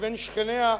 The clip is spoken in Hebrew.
לבין שכניה,